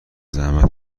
زحمت